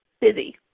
busy